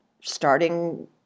starting